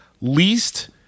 least-